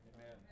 Amen